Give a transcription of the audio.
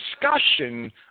discussion